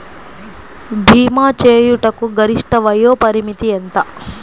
భీమా చేయుటకు గరిష్ట వయోపరిమితి ఎంత?